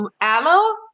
aloe